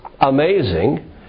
amazing